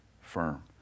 firm